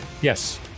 Yes